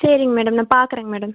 சரிங்க மேடம் நான் பார்க்குறேங்க மேடம்